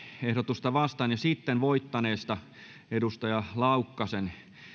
ehdotusta vastaan ja sitten voittaneesta antero laukkasen